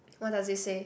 what does it say